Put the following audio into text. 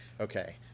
okay